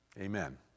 Amen